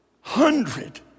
hundred